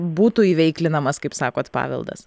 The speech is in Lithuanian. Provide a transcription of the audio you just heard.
būtų iveiklinamas kaip sakot paveldas